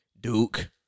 Duke